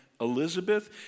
Elizabeth